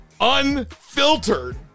unfiltered